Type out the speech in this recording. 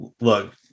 Look